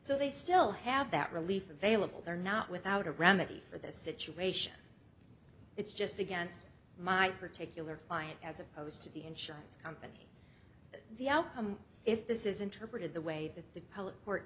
so they still have that relief available they're not without a remedy for the situation it's just against my particular client as opposed to the insurance company the outcome if this is interpreted the way that the public court